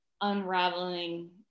unraveling